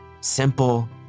simple